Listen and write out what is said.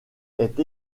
est